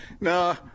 no